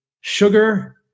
sugar